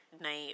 night